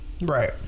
Right